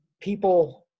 people